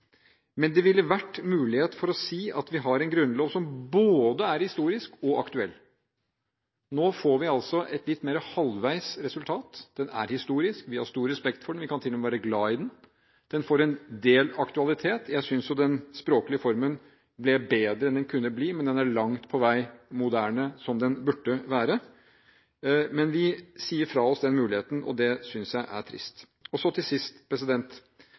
Men det ville vært en mulighet for å si at vi har en grunnlov som både er historisk og aktuell – nå får vi altså et litt mer halvveis resultat, men den er historisk, vi har stor respekt for den, vi kan til og med være glad i den, og den får en del aktualitet. Jeg synes den språklige formen ble bedre enn den kunne bli, men den er langt på vei ikke så moderne som den burde være. Vi sier fra oss den muligheten, og det synes jeg er trist. Til sist: